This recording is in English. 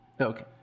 Okay